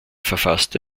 verfasste